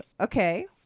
Okay